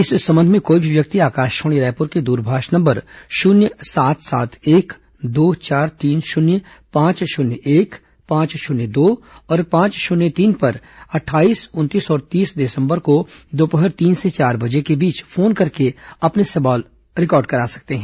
इस संबंध में कोई भी व्यक्ति आकाशवाणी रायपुर के दूरभाष नंबर शून्य सात सात एक दो चार तीन शून्य पांच शून्य एक पांच शून्य दो और पांच शून्य तीन पर अट्ठाईस उनतीस और तीस दिसंबर को दोपहर तीन से चार बजे के बीच फोन करके अपने सवाल रिकॉर्ड करा सकते हैं